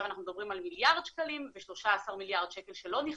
אנחנו מדברים על מיליארד שקלים ו-13 מיליארד שקל שלא נכנסו.